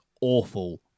awful